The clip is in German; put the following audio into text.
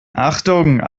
achtung